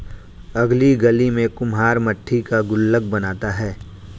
अगली गली में कुम्हार मट्टी का गुल्लक बनाता है